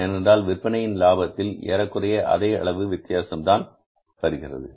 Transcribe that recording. ஏனென்றால் விற்பனையிலும் லாபத்தில் ஏறக்குறைய அதே அளவு வித்தியாசம் தான் வருகிறது